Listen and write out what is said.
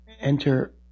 enter